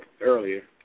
earlier